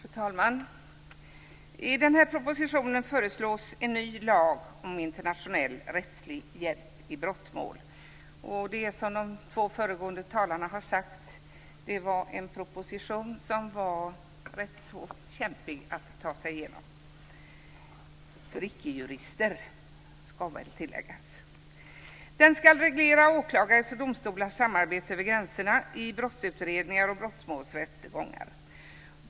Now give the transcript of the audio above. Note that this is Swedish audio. Fru talman! I den här propositionen föreslås en ny lag om internationell rättslig hjälp i brottmål. Det är, som de två föregående talarna har sagt, en proposition som det är ganska kämpigt att ta sig igenom för ickejurister. Den nya lagen ska reglera åklagares och domstolars samarbete över gränserna i brottsutredningar och brottmålsrättegångar.